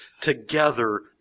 together